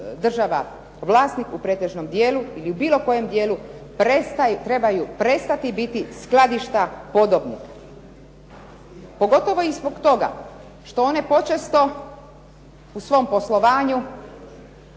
država vlasnik u pretežnom dijelu ili u bilo kojem dijelu trebaju prestati biti skladišta podobnih. Pogotovo i zbog toga što one počesto u svom poslovanju